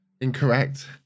Incorrect